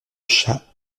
chat